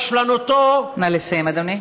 שברשלנותו, נא לסיים, אדוני.